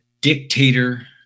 dictator